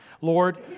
Lord